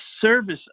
service